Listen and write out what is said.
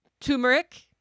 Turmeric